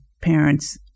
parents